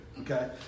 Okay